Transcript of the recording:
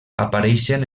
apareixen